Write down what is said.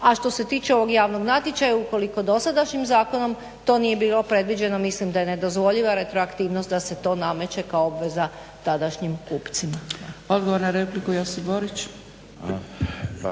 a što se tiče ovog javnog natječaja ukoliko dosadašnjim zakonom to nije bilo predviđeno mislim da je nedozvoljiva retroaktivnost, da se to nameče kao obveza tadašnjim kupcima.